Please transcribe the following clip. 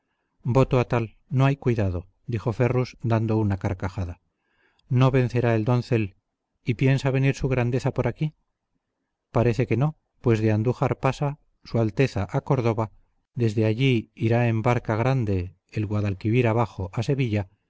voto a tal no hay cuidado dijo ferrus dando una carcajada no vencerá el doncel y piensa venir su grandeza por aquí parece que no pues de andújar pasa su alteza a córdoba desde allí irá en la barca grande el guadalquivir abajo a sevilla